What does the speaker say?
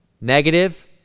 Negative